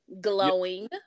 glowing